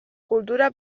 kultura